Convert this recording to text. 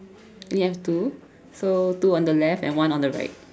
only have two so two on the left and one on the right